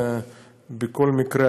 ובכל מקרה,